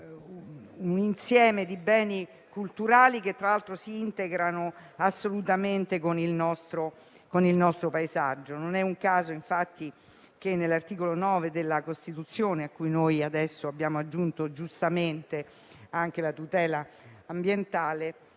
un insieme di beni culturali che, tra l'altro, si integrano assolutamente con il nostro paesaggio. Non è un caso, infatti, che all'articolo 9 della Costituzione, nel quale abbiamo inserito di recente giustamente anche la tutela ambientale,